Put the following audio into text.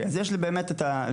יש כל מיני דברים.